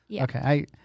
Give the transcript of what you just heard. Okay